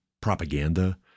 propaganda